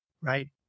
Right